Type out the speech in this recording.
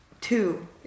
two